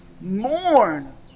mourn